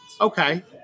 Okay